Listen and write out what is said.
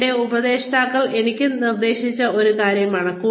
അതിനാൽ ഇത് എന്റെ ഉപദേഷ്ടാക്കൾ എനിക്ക് നിർദ്ദേശിച്ച ഒരു കാര്യമാണ്